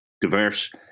diverse